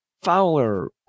Fowler